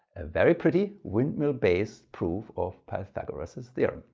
a very pretty windmill based proof of pythagoras's theorem.